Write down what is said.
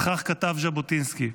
וכך כתב ז'בוטינסקי: